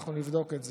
אנחנו נבדוק את זה.